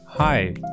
Hi